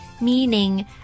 meaning